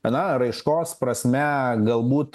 na raiškos prasme galbūt